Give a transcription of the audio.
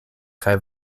kaj